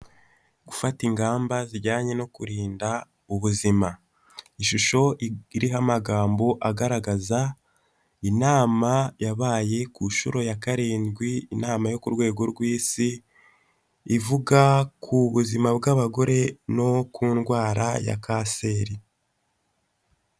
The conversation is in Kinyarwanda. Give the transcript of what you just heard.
Gufata ingamba zijyanye no kurinda ubuzima. Ishusho iriho amagambo agaragaza inama yabaye ku nshuro ya karindwi, inama yo ku rwego rw'isi ivuga ku buzima bw'abagore no ku ndwara ya kanseri.